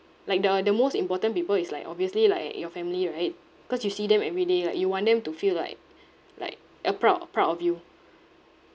like the the most important people is like obviously like your family right cause you see them every day like you want them to feel like like uh proud proud of you